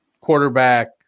quarterback